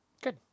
Good